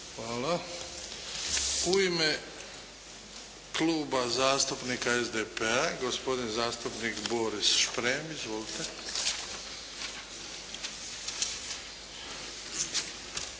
javili. U ime kluba SDP-a, gospodin zastupnik Boris Šprem. Izvolite.